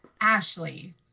Ashley